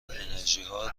انرژیهای